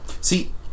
See